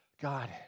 God